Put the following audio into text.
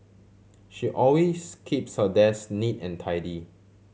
she always keeps her desk neat and tidy